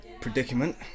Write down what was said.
predicament